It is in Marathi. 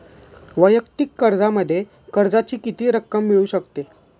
वैयक्तिक कर्जामध्ये कर्जाची किती रक्कम मिळू शकते?